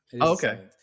Okay